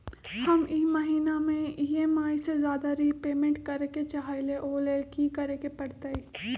हम ई महिना में ई.एम.आई से ज्यादा रीपेमेंट करे के चाहईले ओ लेल की करे के परतई?